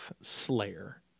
Slayer